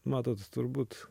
matot turbūt